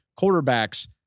quarterbacks